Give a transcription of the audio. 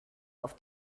auf